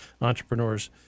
entrepreneurs